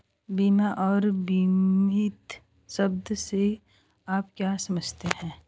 बीमा और बीमित शब्द से आप क्या समझते हैं?